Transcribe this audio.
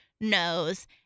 knows